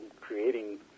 creating